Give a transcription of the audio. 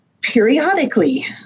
periodically